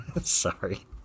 sorry